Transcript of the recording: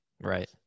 Right